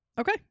Okay